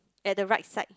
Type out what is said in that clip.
at the right side